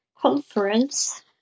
conference